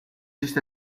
just